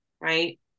right